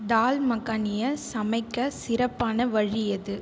தால் மக்கானியை சமைக்க சிறப்பான வழி எது